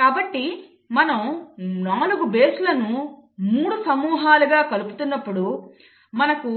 కాబట్టి మనం 4 బేస్లను 3 సమూహాలుగా కలుపుతున్నప్పుడు మనకు